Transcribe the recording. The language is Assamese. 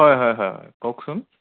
হয় হয় হয় হয় কওকচোন